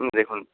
হুম দেখুন